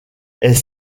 est